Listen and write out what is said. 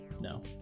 No